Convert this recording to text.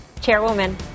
Chairwoman